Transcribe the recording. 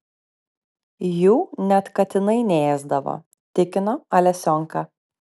jų net katinai neėsdavo tikino alesionka